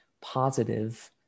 positive